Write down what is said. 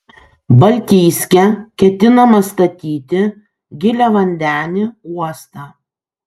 baltijske ketinama statyti giliavandenį uostą